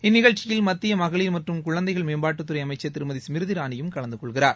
இந்நிகழ்ச்சியில் மத்திய மகளிர் மற்றும் குழந்தைகள் மேம்பாட்டுத்துறை அமைச்சர் திருமதி ஸ்மிருதி இரானியும் கலந்து கொள்கிறார்